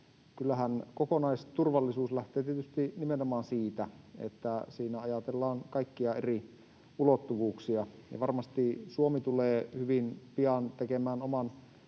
kokonaisturvallisuus lähtee tietysti nimenomaan siitä, että siinä ajatellaan kaikkia eri ulottuvuuksia, ja varmasti Suomi tulee hyvin pian tekemään oman